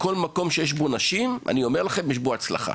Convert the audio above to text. בכל מקום בו יש נשים, יש בו הצלחה.